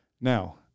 Now